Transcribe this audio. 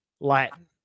Latin